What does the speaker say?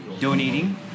donating